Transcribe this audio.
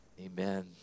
Amen